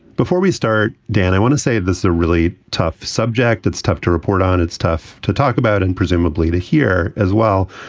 before we start, dan, i want to say this, a really tough subject that's tough to report on. it's tough to talk about and presumably to hear as well.